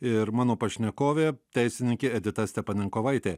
ir mano pašnekovė teisininkė edita stepanenkovaitė